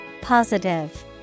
Positive